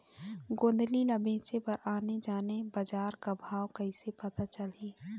गोंदली ला बेचे बर आने आने बजार का भाव कइसे पता चलही?